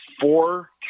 four